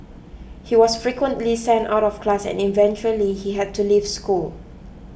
he was frequently sent out of class and eventually he had to leave school